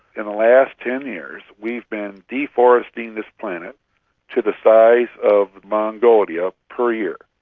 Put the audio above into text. in the last ten years we've been deforesting this planet to the size of mongolia per year.